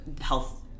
health